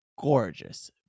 gorgeous